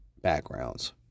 backgrounds